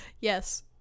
Yes